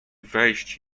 wejść